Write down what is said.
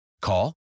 Call